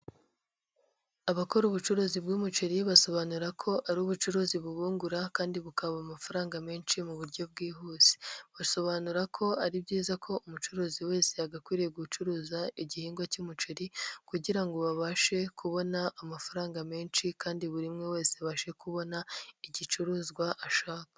Abakora ubucuruzi bw'umuceri, basobanura ko ari ubucuruzi bubungura kandi bukabaha amafaranga menshi mu buryo bwihuse. Basobanura ko ari byiza ko umucuruzi wese yagakwiriye gucuruza igihingwa cy'umuceri kugira ngo babashe kubona amafaranga menshi kandi buri umwe wese abashe kubona igicuruzwa ashaka.